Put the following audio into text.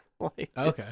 Okay